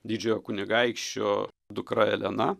didžiojo kunigaikščio dukra elena